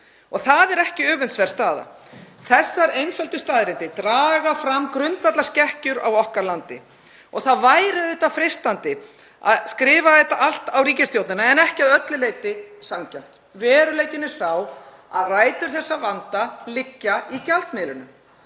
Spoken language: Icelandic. og það er ekki öfundsverð staða. Þessar einföldu staðreyndir draga fram grundvallarskekkjur á okkar landi og það væri auðvitað freistandi að skrifa þetta allt á ríkisstjórnina en ekki að öllu leyti sanngjarnt. Veruleikinn er sá að rætur þessa vanda liggja í gjaldmiðlinum